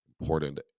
important